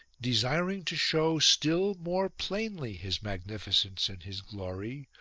desiring to show still more plainly his magnificence and his glory,